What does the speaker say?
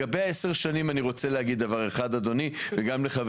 לא רצינו לייצר מציאות כזו שהחוק עבר